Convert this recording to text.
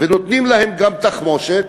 ונותנים להם גם תחמושת